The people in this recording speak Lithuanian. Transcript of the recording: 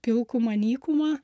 pilkumą nykumą